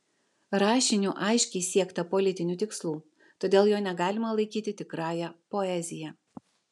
rašiniu aiškiai siekta politinių tikslų todėl jo negalima laikyti tikrąja poezija